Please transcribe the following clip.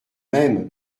mêmes